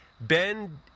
Ben